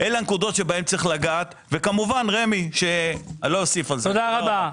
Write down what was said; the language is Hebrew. אלה הנקודות בהן צריך לגעת וכמובן רמ"י.ף תודה רבה.